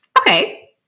Okay